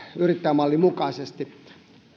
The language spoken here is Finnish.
yrittäjämallin mukaisesti